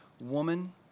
woman